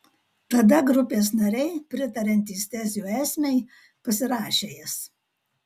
tada grupės nariai pritariantys tezių esmei pasirašė jas